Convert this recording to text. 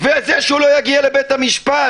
וזה שהוא לא יגיע לבית המשפט.